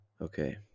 Okay